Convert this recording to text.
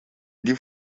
die